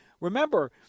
Remember